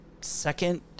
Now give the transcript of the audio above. second